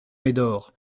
médor